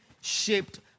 shaped